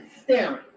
staring